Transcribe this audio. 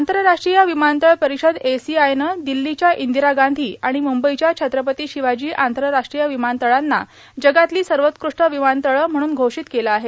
आंतरराष्ट्रीय विमानतळ परिषद एसीआयनं दिल्लीच्या इंदिरा गांधी आणि मुंबईच्या छत्रपती शिवाजी आंतरराष्ट्रीय विमानतळांना जगातली सर्वोत्कृष्ट विमानतळं म्हणून घोषित केलं आहे